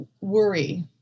worry